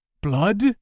Blood